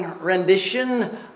rendition